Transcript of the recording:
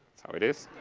how it is.